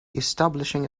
establishing